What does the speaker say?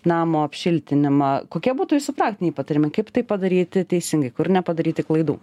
namo apšiltinimą kokie būtų jūsų praktiniai patarimai kaip tai padaryti teisingai kur nepadaryti klaidų